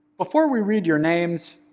before we read your names,